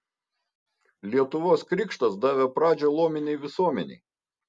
lietuvos krikštas davė pradžią luominei visuomenei